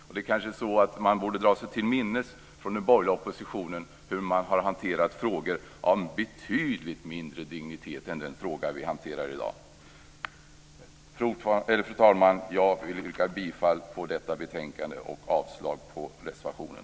Man kanske borde dra sig till minnes hos den borgerliga oppositionen hur man har hanterat frågor av betydligt mindre dignitet än den fråga vi hanterar i dag. Fru talman! Jag yrkar bifall till hemställan i detta betänkande och avslag på reservationen.